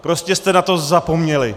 Prostě jste na to zapomněli.